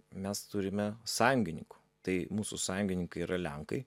mes turime sąjungininkų tai mūsų sąjungininkai yra lenkai